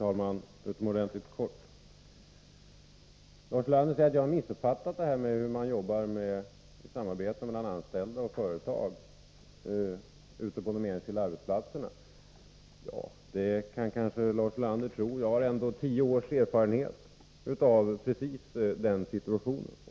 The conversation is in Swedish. Fru talman! Lars Ulander säger att jag har missuppfattat detta med hur man samarbetar med anställda och företag ute på de enskilda arbetsplatserna. Det kan kanske Lars Ulander tro, men jag har ändå tio års erfarenhet av precis den situationen.